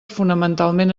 fonamentalment